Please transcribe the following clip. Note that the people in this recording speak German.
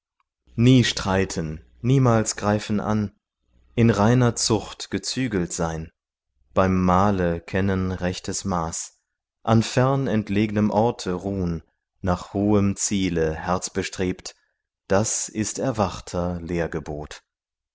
nie streiten niemals greifen an in reiner zucht gezügelt sein beim mahle kennen rechtes maß an fern entlegnem orte ruhn nach hohem ziele herzbestrebt das ist erwachter